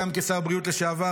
גם כשר הבריאות לשעבר,